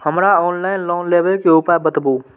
हमरा offline loan लेबे के उपाय बतबु?